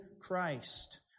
Christ